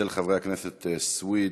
של חברי הכנסת סויד,